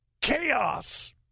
chaos